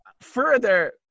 Further